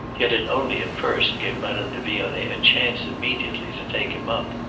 yet it only at first gave madame de vionnet a chance immediately to take him up.